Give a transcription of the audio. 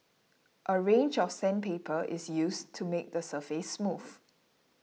a range of sandpaper is used to make the surface smooth